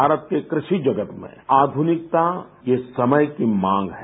भारत के कृषि जगत में आध्रनिकता ये समय की मांग है